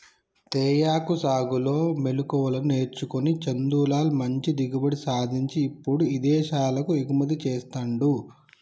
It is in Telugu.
తేయాకు సాగులో మెళుకువలు నేర్చుకొని చందులాల్ మంచి దిగుబడి సాధించి ఇప్పుడు విదేశాలకు ఎగుమతి చెస్తాండు